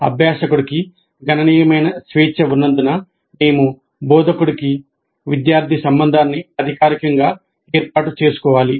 అభ్యాసకుడికి గణనీయమైన స్వేచ్ఛ ఉన్నందున మేము బోధకుడికి విద్యార్థి సంబంధాన్ని అధికారికంగా ఏర్పాటు చేసుకోవాలి